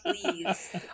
please